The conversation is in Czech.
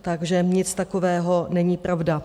Takže nic takového není pravda.